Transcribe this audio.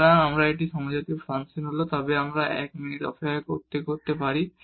সুতরাং যদি এটি একটি সমজাতীয় ফাংশন হয় তবে আমরা এক মিনিট অপেক্ষা করতে পারি